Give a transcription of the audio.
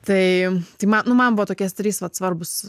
tai tai man nu man buvo tokie trys vat svarbūs